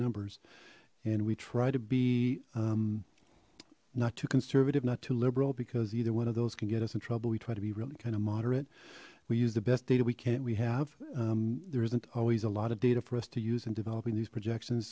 numbers and we try to be not too conservative not too liberal because either one of those can get us in trouble we try to be really kind of moderate we use the best data we can't we have there isn't always a lot of data for us to use in developing these project